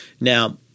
Now